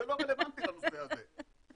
זה לא רלוונטי לנושא הזה.